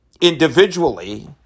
individually